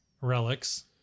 Relics